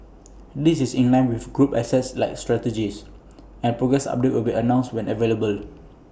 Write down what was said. this is in line with group's asset light strategy and progress updates will be announced when available